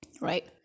Right